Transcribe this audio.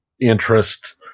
interest